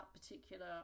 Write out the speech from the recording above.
particular